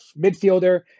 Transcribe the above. midfielder